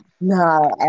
No